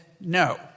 no